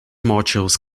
modules